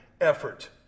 effort